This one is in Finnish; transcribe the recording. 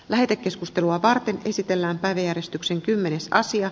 lähetekeskustelua varten esitellään äänieristyksen kymmenes asia